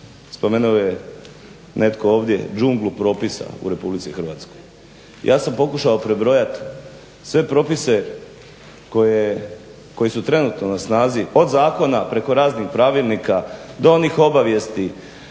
spomenuo je netko ovdje džunglu propisa u RH. Ja sam pokušao prebrojati sve propise koji su trenutno na snazi od zakona preko raznih pravilnika do onih obavijesti